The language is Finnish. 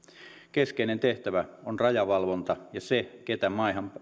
keskeinen tehtävä on rajavalvonta ja se keitä